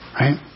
right